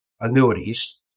annuities